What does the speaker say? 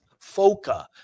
FOCA